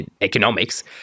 economics